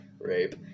Rape